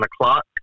o'clock